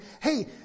Hey